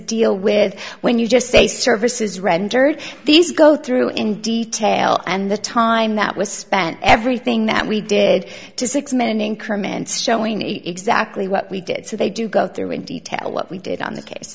deal with when you just say services rendered these go through in detail and the time that was spent everything that we did to six minute increments showing exactly what we did so they do go through in detail what we did on the case